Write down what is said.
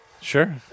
Sure